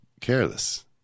careless